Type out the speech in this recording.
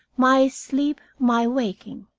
my sleep, my waking.